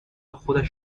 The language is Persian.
خودش